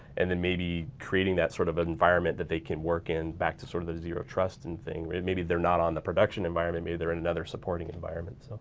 and then maybe creating that sort of an environment that they can work in back to sort of the zero trust and thing. where maybe they're not on the production environment maybe they're in another supporting environment.